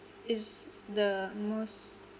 is the most